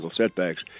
setbacks